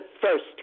first